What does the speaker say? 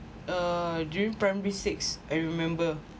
uh during primary six I remember